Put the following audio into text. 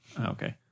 Okay